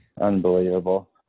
Unbelievable